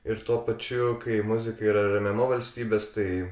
ir tuo pačiu kai muzika yra remiama valstybės tai